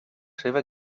seva